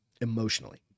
emotionally